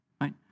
right